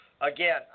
again